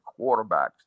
quarterbacks